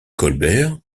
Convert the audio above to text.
colbert